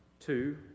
Two